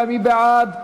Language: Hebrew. מי בעד?